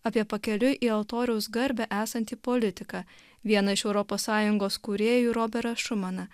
apie pakeliui į altoriaus garbę esantį politiką vieną iš europos sąjungos kūrėjų roberą šumaną